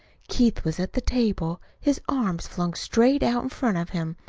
keith was at the table, his arms flung straight out in front of him,